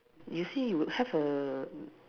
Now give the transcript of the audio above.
you see a you have a